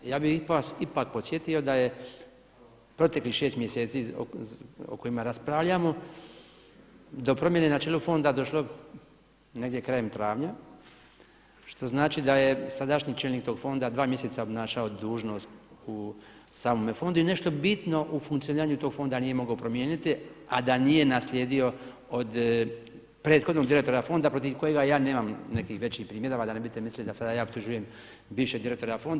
Ja bih vas ipak podsjetio da je proteklih šest mjeseci o kojima raspravljamo do promjene na čelu fonda došlo negdje krajem travnja što znači da je sadašnji čelnik tog fonda dva mjeseca obnašao dužnost u samome fondu i nešto bitno u funkcioniranju tog fonda nije mogao promijeniti, a da nije naslijedio od prethodnog direktora fonda protiv kojega ja nemam nekih većih primjedaba da ne biste mislili da sada ja optužujem bivšeg direktora fonda.